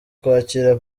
kwakira